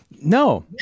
No